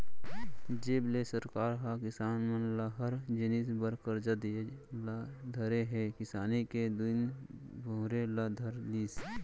जब ले सरकार ह किसान मन ल हर जिनिस बर करजा दिये ल धरे हे किसानी के दिन बहुरे ल धर लिस